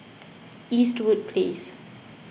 Eastwood Place